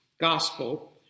gospel